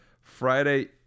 Friday